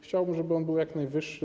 Chciałbym, żeby on był jak najwyższy.